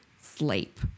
sleep